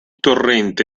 torrente